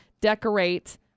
decorate